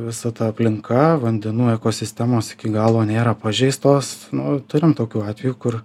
visa ta aplinka vandenų ekosistemos iki galo nėra pažeistos nu turim tokių atvejų kur